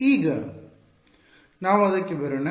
ಈಗ ನಾವು ಅದಕ್ಕೆ ಬರೋಣ